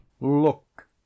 look